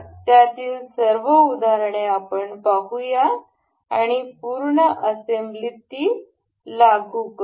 त्यातील सर्व उदाहरणे आपण पाहू आणि पूर्ण असेंब्लीत ती लागू करू